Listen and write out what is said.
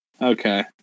Okay